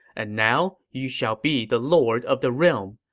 and now, you shall be the lord of the realm.